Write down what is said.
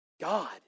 God